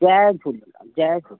जय झूलेलाल जय झूलेलाल